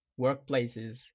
workplaces